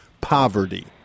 poverty